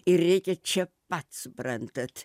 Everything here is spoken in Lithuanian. ir reikia čia pat suprantat